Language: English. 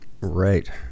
Right